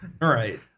Right